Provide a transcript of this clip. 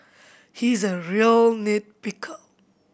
he is a real nit picker